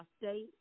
state